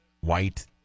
white